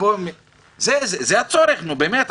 זה הצורך, נו באמת.